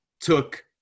took